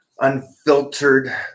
unfiltered